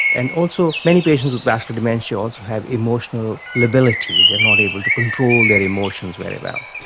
and also many patients with vascular dementia also have emotional lability, they are not able to control their emotions very well.